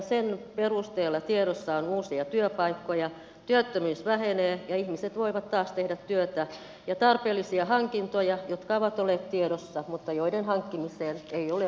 sen perusteella tiedossa on uusia työpaikkoja työttömyys vähenee ja ihmiset voivat taas tehdä työtä ja tarpeellisia hankintoja jotka ovat olleet tiedossa mutta joiden hankkimiseen ei ole ollut rahaa